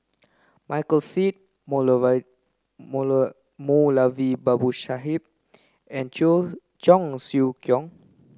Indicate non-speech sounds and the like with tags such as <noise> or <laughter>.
Michael Seet <unintelligible> Moulavi Babu Sahib and <unintelligible> Cheong Siew Keong